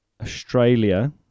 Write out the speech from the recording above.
Australia